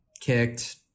kicked